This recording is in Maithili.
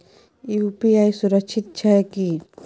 यु.पी.आई सुरक्षित छै की?